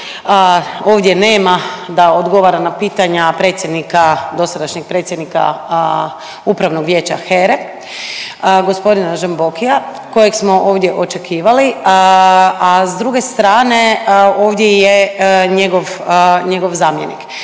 ovdje nema da odgovara na pitanja predsjednika, dosadašnjeg predsjednika Upravnog vijeća HERA-e gospodina Žambokija kojeg smo ovdje očekivali, a s druge strane ovdje je njegov zamjenik.